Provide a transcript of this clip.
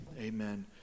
amen